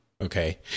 Okay